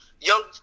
young